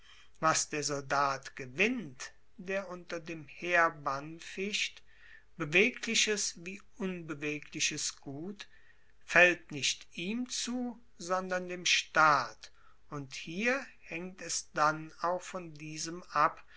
was der soldat gewinnt der unter dem heerbann ficht bewegliches wie unbewegliches gut faellt nicht ihm zu sondern dem staat und hier haengt es denn auch von diesem ab